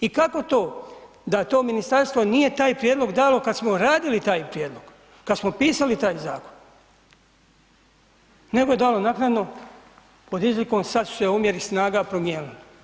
I kako to da to ministarstvo nije taj prijedlog dalo kad smo radili taj prijedlog, kad smo pisali taj zakon nego je dalo naknadno pod izlikom sad su se omjeri snaga promijenili.